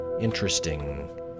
Interesting